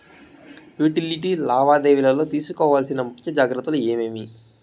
Utility లావాదేవీల లో తీసుకోవాల్సిన ముఖ్య జాగ్రత్తలు ఏమేమి?